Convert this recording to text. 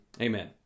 Amen